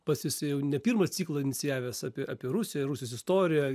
pats esi jau ne pirmą ciklą inicijavęs apie apie rusiją rusijos istoriją